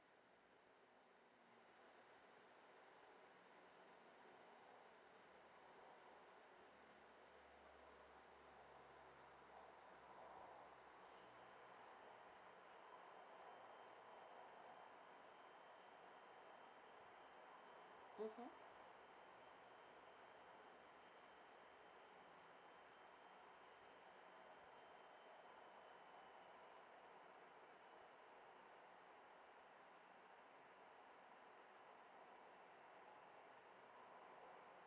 mmhmm